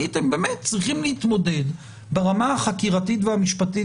הייתם צריכים להתמודד ברמה החקירתית והמשפטית,